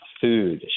food